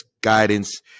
guidance